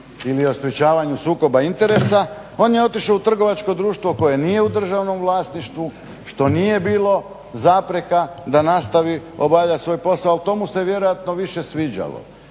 ili o sprečavanju sukoba interesa, on je otišao u trgovačko društvo koje nije u državnom vlasništvu što nije bilo zapreka da nastavi obavljati svoj posao ali to mu se vjerojatno više sviđalo.